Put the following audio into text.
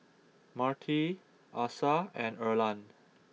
Marti Asa and Erland